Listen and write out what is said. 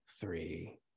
three